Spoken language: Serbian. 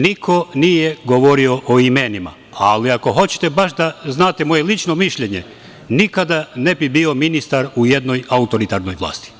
Niko nije govorio o imenima, ali ako hoćete baš da znate moje lično mišljenje, nikada ne bih bio ministar u jednoj autoritarnoj vlasti.